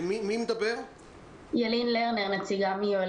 אני נציגה מיואל